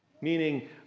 meaning